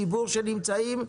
ואחרי זה נציגי ציבור שנמצאים כאן.